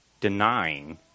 denying